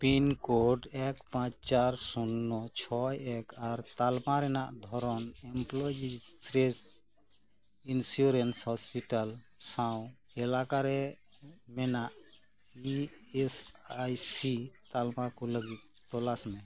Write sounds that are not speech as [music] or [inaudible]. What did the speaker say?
pincode ᱮᱠ ᱯᱟᱸᱪ ᱪᱟᱨ ᱥᱩᱱᱱᱚ ᱪᱷᱚᱭ ᱮᱠ ᱟᱨ ᱛᱟᱞᱢᱟ ᱨᱮᱱᱟᱜ ᱫᱷᱚᱨᱚᱱ ᱮᱢᱯᱞᱚᱭᱤᱡᱤ ᱥᱨᱤᱥ [unintelligible] ᱤᱱᱥᱤᱭᱚᱨᱮᱱᱥ ᱦᱚᱥᱯᱤᱴᱟᱞ ᱥᱟᱶ ᱮᱞᱟᱠᱟᱨᱮ ᱢᱮᱱᱟᱜ ᱵᱤ ᱮᱥ ᱟᱭ ᱥᱤ ᱛᱟᱞᱢᱟ ᱠᱚ ᱞᱟ ᱜᱤᱫ ᱛᱚᱞᱟᱥ ᱢᱮ